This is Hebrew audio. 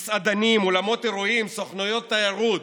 מסעדנים, אולמות אירועים, סוכנויות תיירות,